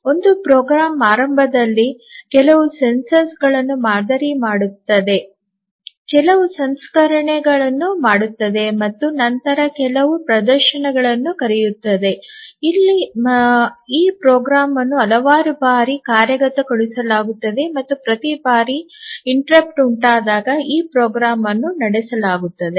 ಒಂದು ಪ್ರೋಗ್ರಾಂ ಆರಂಭದಲ್ಲಿ ಕೆಲವು sensors ಸಂವೇದಕ ಗಳನ್ನು ಮಾದರಿ ಮಾಡುತ್ತದೆ ಕೆಲವು ಸಂಸ್ಕರಣೆಯನ್ನು ಮಾಡುತ್ತದೆ ಮತ್ತು ನಂತರ ಕೆಲವು ಪ್ರದರ್ಶನವನ್ನು ಕರೆಯುತ್ತದೆ ಮತ್ತು ಇಲ್ಲಿ ಈ ಪ್ರೋಗ್ರಾಂ ಅನ್ನು ಹಲವಾರು ಬಾರಿ ಕಾರ್ಯಗತಗೊಳಿಸಲಾಗುತ್ತದೆ ಮತ್ತು ಪ್ರತಿ ಬಾರಿ ಅಡಚಣೆ ಉಂಟಾದಾಗ ಈ ಪ್ರೋಗ್ರಾಂ ಅನ್ನು ನಡೆಸಲಾಗುತ್ತದೆ